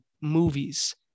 movies